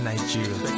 Nigeria